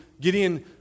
Gideon